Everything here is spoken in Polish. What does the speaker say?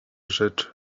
rzecz